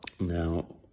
Now